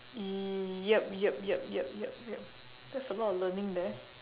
yup yup yup yup yup yup yup that's a lot of learning there